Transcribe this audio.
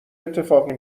اتفاقی